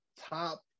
top